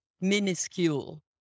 minuscule